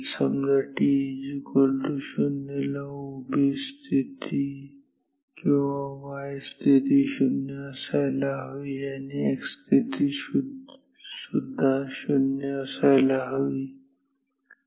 समजा t0 ला उभी किंवा y स्थिती 0 असायला हवी आणि x स्थिती सुद्धा 0 असायला हवी